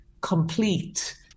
complete